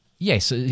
Yes